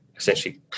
essentially